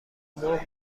مرغ